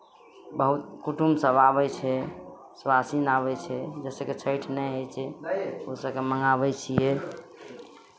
बहुत कुटुम्बसभ आबै छै सुआसिन आबै छै जाहि सभकेँ छठि नहि होइ छै ओहि सभकेँ मङ्गाबै छियै